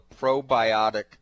Probiotic